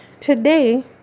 today